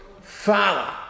Father